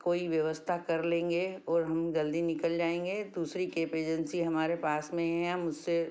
कोई व्यवस्था कर लेंगे और हम जल्दी निकल जाएँगे दूसरी केप एजेंसी हमारे पास में ही है हम उससे